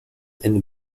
and